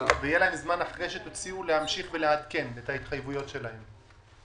אחרי שתציעו יהיה להם זמן להמשיך ולעדכן את ההתחייבות שלהם.